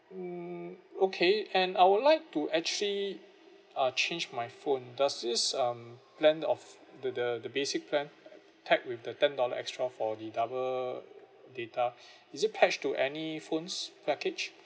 hmm okay and I would like to actually ah change my phone does this um plan of the the the basic plan tagged with the ten dollar extra for the double data is it patch to any phones package